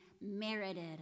merited